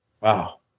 wow